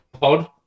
pod